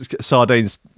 sardines